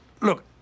look